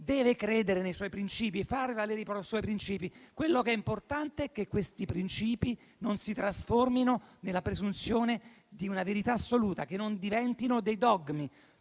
deve credere nei suoi principi e far valere i suoi principi. L'importante è che questi principi non si trasformino nella presunzione di una verità assoluta, che non diventino dei dogmi.